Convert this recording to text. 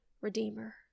redeemer